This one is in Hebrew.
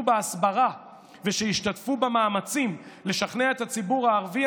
בהסברה ושהשתתפו במאמצים לשכנע את הציבור הערבי,